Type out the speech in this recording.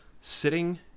sitting